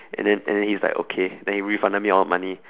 and then and then he's like okay then he refunded me all money